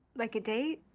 like a date?